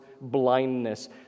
blindness